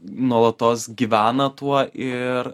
nuolatos gyvena tuo ir